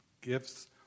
gifts